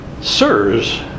Sirs